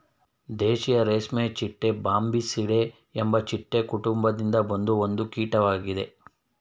ದೇಶೀಯ ರೇಷ್ಮೆಚಿಟ್ಟೆ ಬಾಂಬಿಸಿಡೆ ಎಂಬ ಚಿಟ್ಟೆ ಕುಟುಂಬದಿಂದ ಬಂದ ಒಂದು ಕೀಟ್ವಾಗಿದೆ